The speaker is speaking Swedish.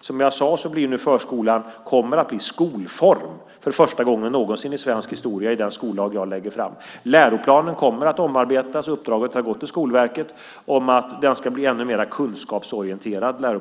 Som jag sade kommer nu förskolan för första gången någonsin i svensk historia att bli skolform i den skollag jag lägger fram. Läroplanen kommer att omarbetas; uppdraget har gått till Skolverket om att den ska bli ännu mer kunskapsorienterad.